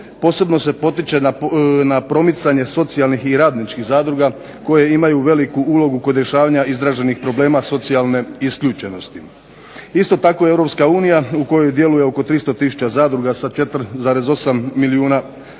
posebno se potiče na promicanje socijalnih i radničkih zadruga koje imaju veliku ulogu kod rješavanja izraženih problema socijalne isključenosti. Isto tako Europska unija u kojoj djeluje oko 300 tisuća zadruga sa 4,8 milijuna